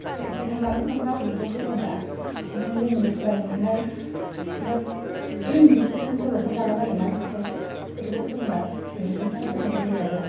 दा बिदिनो मालाबा मालाबा गथ'खौ फोरोंब्ला जोंनि फरायनो मोननाय गुसुं गुसुं सल'फोर थालाबायो ना बेखौ गथ'खौ फोरोंबा खोनथालाबायनाय जायो आरो